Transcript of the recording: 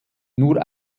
nur